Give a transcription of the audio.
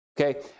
Okay